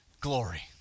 glory